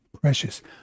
precious